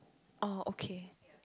oh okay